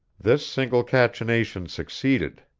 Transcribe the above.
this single cachinnation succeeded.